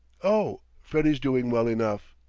oh, freddie's doing well enough.